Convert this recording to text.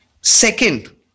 Second